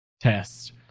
test